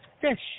fish